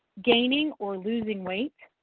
gaining or losing weight,